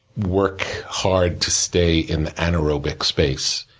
work hard to stay in the anaerobic space.